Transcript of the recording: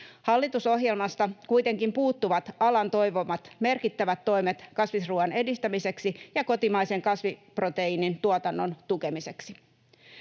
Hallitusohjelmasta kuitenkin puuttuvat alan toivomat merkittävät toimet kasvisruuan edistämiseksi ja kotimaisen kasviproteiinin tuotannon tukemiseksi.